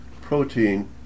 protein